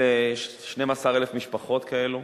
יש 12,000 משפחות כאלו,